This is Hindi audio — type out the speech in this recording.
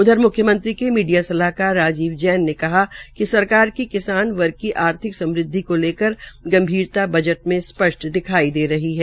उधर मुख्यमंत्री के मीडिया सलाहकार राजीव जैन ने कहा है कि सरकार की किसान वर्ग की आर्थिक समृदवि को लेकर गंभीरता बजट में स्पष्ट दिख रही है